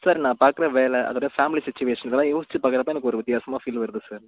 sir நான் பார்க்குற வேலை அதோடு ஃபேமிலி சுச்சிவேஷன் இதெல்லாம் யோசித்து பார்க்குறப்ப எனக்கு ஒரு வித்தியாசமாக ஃபீல் வருது சார்